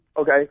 Okay